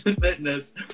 fitness